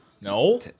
No